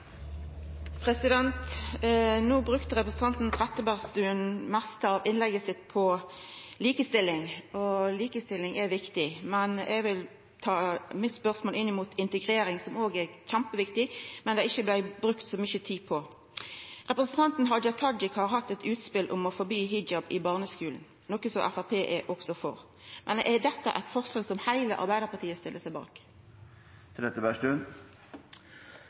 barnehagen. No brukte representanten Trettebergstuen det meste av innlegget sitt på likestilling, og likestilling er viktig, men eg vil vinkla spørsmålet mitt inn mot integrering, som òg er kjempeviktig, men som det ikkje blei brukt så mykje tid på. Representanten Hadia Tajik har hatt eit utspel om å forby hijab i barneskulen, noko som Framstegspartiet òg er for. Men er dette eit forslag som heile Arbeidarpartiet stiller seg bak?